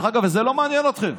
וזה לא מעניין אתכם.